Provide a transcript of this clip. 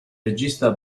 regista